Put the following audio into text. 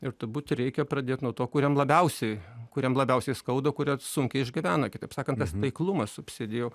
ir turbūt reikia pradėt nuo to kuriem labiausiai kuriem labiausiai skauda kurie sunkiai išgyvena kitaip sakant tas taiklumas subsidijų